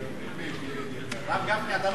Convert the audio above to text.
הרב גפני, אתה לא מאמין בהעלאת המע"מ ב-1%.